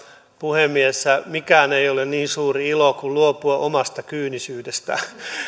puhemies mikään ei ole niin suuri ilo kuin luopua omasta kyynisyydestään